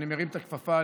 אני מרים את הכפפה.